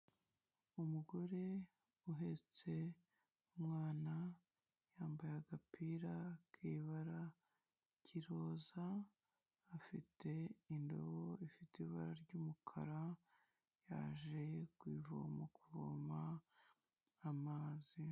Umugore uhetse umwana yambaye agapira k'ibara k'iroza, afite indobo ifite ibara ry'umukara yaje ku ivomo kuvoma amazi.